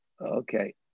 Okay